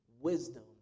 wisdom